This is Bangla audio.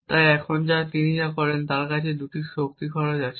তাই এখন তিনি যা করেন তার কাছে এই দুটি শক্তি খরচ আছে